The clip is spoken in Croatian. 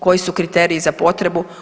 Koji su kriteriji za potrebu?